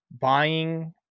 buying